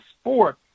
sport